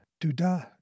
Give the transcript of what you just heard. Do-da